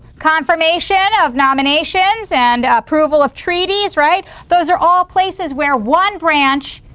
confirmation of nominations and approval of treaties, right? those are all places where one branch